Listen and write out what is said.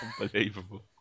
unbelievable